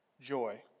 joy